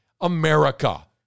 America